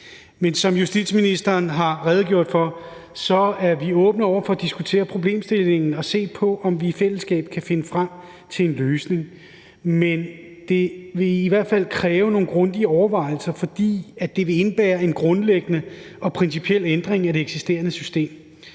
Men som justitsministeren har redegjort for, er vi åbne over for at diskutere problemstillingen og se på, om vi i fællesskab kan finde frem til en løsning. Men det vil i hvert fald kræve nogle grundige overvejelser, fordi det vil indebære en grundlæggende og principiel ændring af det eksisterende system.